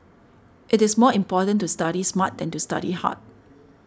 it is more important to study smart than to study hard